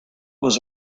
was